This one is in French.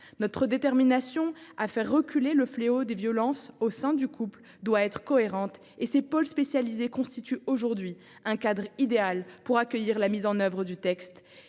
Notre détermination à faire reculer le fléau des violences au sein du couple doit être cohérente et ces pôles spécialisés constituent un cadre idéal pour accueillir la mise en œuvre du texte